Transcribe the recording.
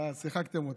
ואללה, שיחקתם אותה.